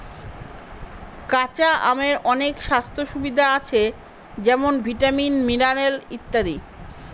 কাঁচা আমের অনেক স্বাস্থ্য সুবিধা আছে যেমন ভিটামিন, মিনারেল ইত্যাদি